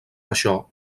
això